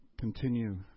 continue